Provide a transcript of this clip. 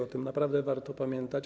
O tym naprawdę warto pamiętać.